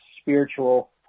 spiritual